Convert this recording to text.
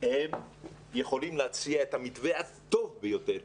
הם היו יכולים להציע את המתווה הטוב ביותר,